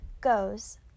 goes